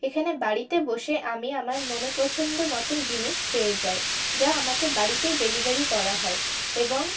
এখানে বাড়িতে বসে আমি আমার মনোপছন্দ মতো জিনিস পেয়ে যাই যা আমাকে বাড়িতেই ডেলিভারি করা হয় এবং